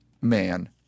man